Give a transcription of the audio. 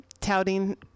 touting